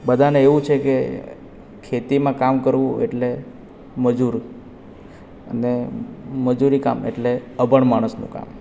બધાને એવું છેકે ખેતીમાં કામ કરવું એટલે મજૂર અને મજૂરી કામ એટલે અભણ માણસનું કામ